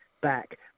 back